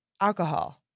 alcohol